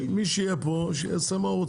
מי שיהיה פה, שיעשה מה הוא רוצה.